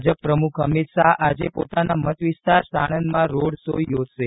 ભાજપ પ્રમ્રખ અમીત શાહ આજે પોતાના મતવિસ્તાર સાણંદમાં રોડ શો યોજશે